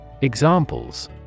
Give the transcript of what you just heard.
Examples